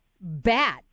bat